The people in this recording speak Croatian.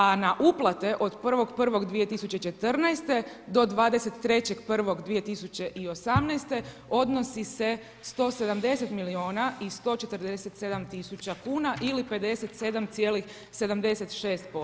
A na uplate od 1.1.2014. do 23.1.2018. odnosi se 170 milijuna i 147 tisuća kuna ili 57,76%